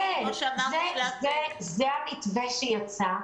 זה המתווה שיצא.